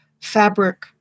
fabric